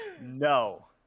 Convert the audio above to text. no